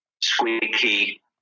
squeaky